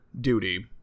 duty